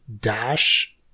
dash